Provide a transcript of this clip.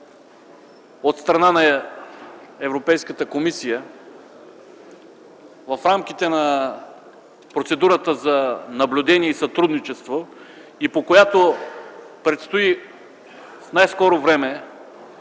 от страна на Европейската комисия в рамките на процедурата за наблюдение и сътрудничество, и по която предстои в най-скоро време